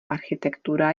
architektura